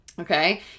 okay